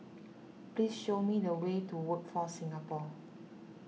please show me the way to Workforce Singapore